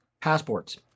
passports